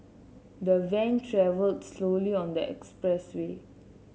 the van travelled slowly on the expressway